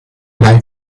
like